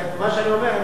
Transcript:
מה שאני אומר,